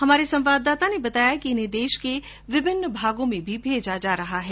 हमारे संवाददाता ने बताया कि इन्हें देश के विभिन्न भागों में भी भेजा जा रहा है